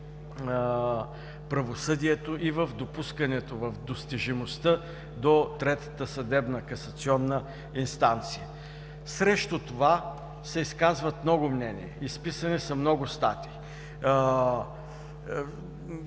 правосъдието и в допускането, в достижимостта до третата съдебна касационна инстанция. Срещу това се изказват много мнения, изписани са много статии.